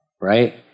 Right